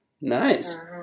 Nice